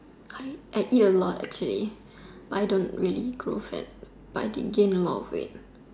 I eat a lot actually but I don't really grow fat but I did gain a lot of weight